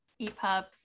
EPUB